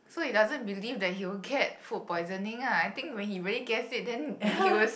so he doesn't believe that he will get food poisoning lah I think when he really gets it then he was